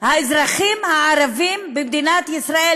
האזרחים הערבים במדינת ישראל,